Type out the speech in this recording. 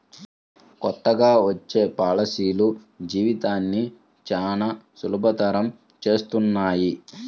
కొత్తగా వచ్చే పాలసీలు జీవితాన్ని చానా సులభతరం చేస్తున్నాయి